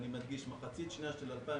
מחצית שנייה, ואני מדגיש, מחצית שנייה של 2021,